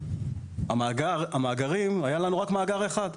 היה לנו רק מאגר גז אחד.